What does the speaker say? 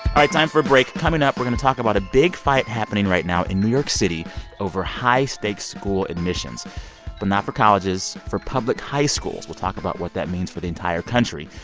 time for a break. coming up, we're going to talk about a big fight happening right now in new york city over high-stakes school admissions but not for colleges, for public high schools. we'll talk about what that means for the entire country.